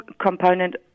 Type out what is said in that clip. component